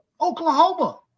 Oklahoma